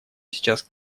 сейчас